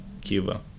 Cuba